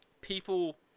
people